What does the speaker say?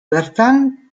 bertan